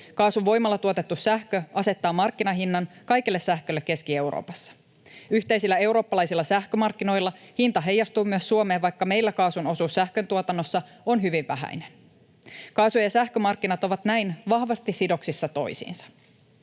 Kaasun voimalla tuotettu sähkö asettaa markkinahinnan kaikelle sähkölle Keski-Euroopassa. Yhteisillä eurooppalaisilla sähkömarkkinoilla hinta heijastuu myös Suomeen, vaikka meillä kaasun osuus sähköntuotannossa on hyvin vähäinen. Kaasu- ja sähkömarkkinat ovat näin vahvasti sidoksissa toisiinsa.